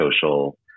Social